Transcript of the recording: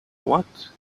what